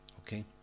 Okay